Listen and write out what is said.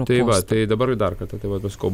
tai va tai dabar dar kartą tai vat aš sakau